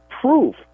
proof